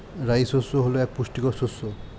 রাই শস্য হল এক পুষ্টিকর শস্য